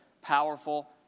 powerful